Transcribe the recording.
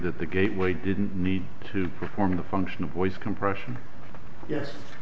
that the gateway didn't need to perform the function of voice compression yes